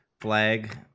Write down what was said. Flag